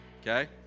okay